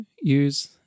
use